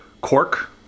cork